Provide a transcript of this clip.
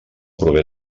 prové